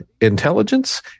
intelligence